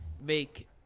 make